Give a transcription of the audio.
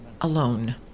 alone